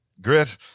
Grit